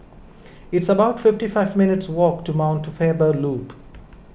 it's about fifty five minutes' walk to Mount Faber Loop